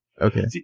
Okay